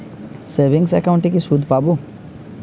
Savings একাউন্টে কি সুদ পাব?